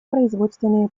производственные